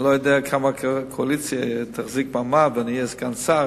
אני לא יודע כמה הקואליציה תחזיק מעמד ואני אהיה סגן שר,